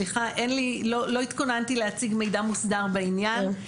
סליחה אין לי לא התכוננתי להציג מידע מוסדר בעניין,